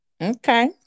Okay